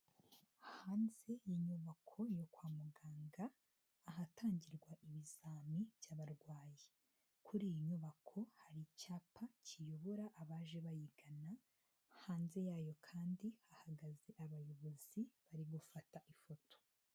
Hanze y'inyubako yo kwa muganga ahatangirwa ibizami by'abarwayi, kuri iyi nyubako hari icyapa kiyobora abaje bayigana, hanze yayo kandi hahagaze abayobozi bari gufata ifoto.